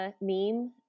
meme